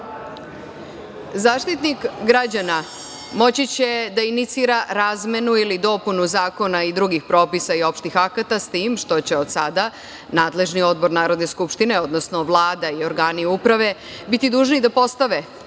građana moći će da inicira razmenu ili dopunu zakona i drugih propisa i opštih akata, s tim što će od sada nadležni odbor Narodne skupštine odnosno Vlada i organi uprave biti dužni da dostave